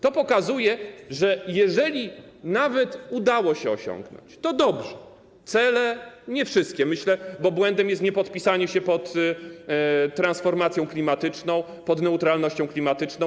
To pokazuje, że jeżeli nawet udało się osiągnąć cele, to dobrze, nie wszystkie, myślę, bo błędem jest niepodpisanie się pod transformacją klimatyczną, pod neutralnością klimatyczną.